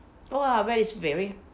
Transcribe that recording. !wah! that is very